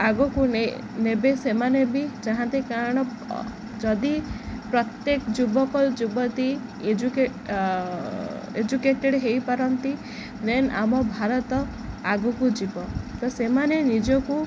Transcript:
ଆଗକୁ ନେବେ ସେମାନେ ବି ଚାହାନ୍ତି କାରଣ ଯଦି ପ୍ରତ୍ୟେକ ଯୁବକ ଯୁବତୀ ଏଜୁକେଟେଡ଼ ହେଇପାରନ୍ତି ଦେନ୍ ଆମ ଭାରତ ଆଗକୁ ଯିବ ତ ସେମାନେ ନିଜକୁ